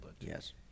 yes